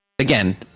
again